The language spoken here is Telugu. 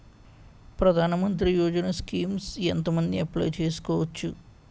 ప్రధాన మంత్రి యోజన స్కీమ్స్ ఎంత మంది అప్లయ్ చేసుకోవచ్చు?